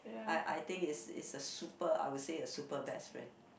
I I think is is a super I would say a super best friend